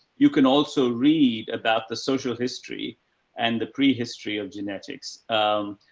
you can also read about the social history and the prehistory of genetics. um,